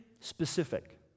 specific